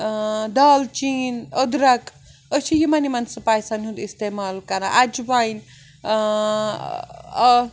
دالچیٖن أدرَک أسۍ چھِ یِمَن یِمَن سپایسَن ہُنٛد اِستعمال کَران اَجبایَن آ